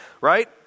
Right